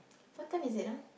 what time is it ah